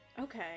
Okay